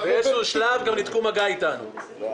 באיזשהו שלב גם ניתקו מגע איתנו.